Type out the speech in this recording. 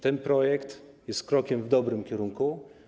Ten projekt jest krokiem w dobrym kierunku.